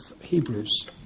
Hebrews